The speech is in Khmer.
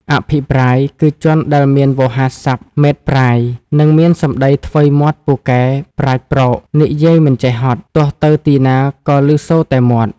អភិប្រាយ គឺជនដែលមានវោហារសព្ទម៉េតប្រាយ និងមានសម្ដីថ្វីមាត់ពូកែប្រាជ្ញប្រោក និយាយមិនចេះហត់ ទោះទៅទីណាក៏ឮសូរតែមាត់ ។